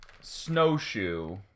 snowshoe